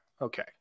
Okay